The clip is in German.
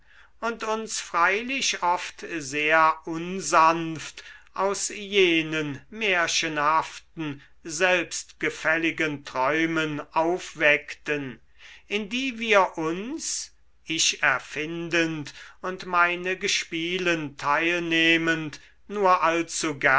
und uns freilich oft sehr unsanft aus jenen märchenhaften selbstgefälligen träumen aufweckten in die wir uns ich erfindend und meine gespielen teilnehmend nur